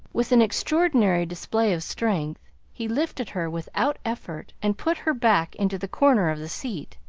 with an extraordinary display of strength he lifted her without effort and put her back into the corner of the seat.